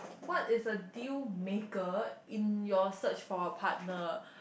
what is a deal maker in your search for a partner